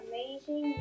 Amazing